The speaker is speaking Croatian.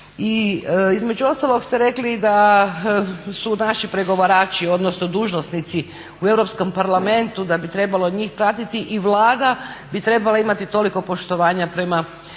Između ostalog ste rekli da su naši pregovarači odnosno dužnosnici u Europskom parlamentu da bi njih trebalo pratiti i Vlada bi trebala imati toliko poštovanja prema